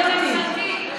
בממשלתי.